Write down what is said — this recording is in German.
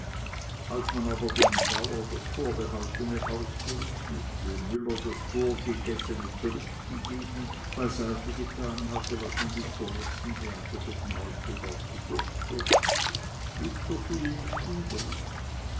als man aber dem bauer das vorbehaltene ausgerichtet dem müller das vorgegessene zurückgegeben beiseite getan hatte was man bis zur nächsten ernte für den hausbedarf bedurfte blieb so viel nicht übrig